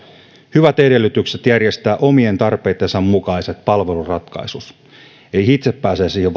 hyvät edellytykset järjestää omien tarpeittensa mukaiset palveluratkaisut eli ne itse pääsevät siihen